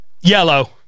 yellow